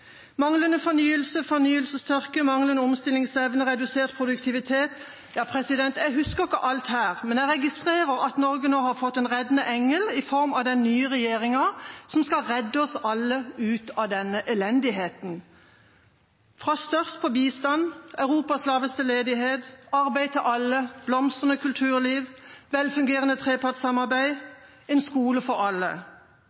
manglende omstillingsevne, redusert produktivitet, ja, jeg husker ikke alt. Men jeg registrerer at Norge nå har fått en reddende engel i form av den nye regjeringa, som skal redde oss alle ut av denne elendigheten – fra det å være størst på bistand, fra å ha Europas laveste ledighet, arbeid til alle, blomstrende kulturliv, velfungerende trepartssamarbeid